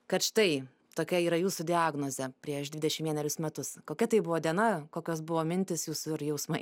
kad štai tokia yra jūsų diagnozė prieš dvidešim vienerius metus kokia tai buvo diena kokios buvo mintys jūsų ar jausmai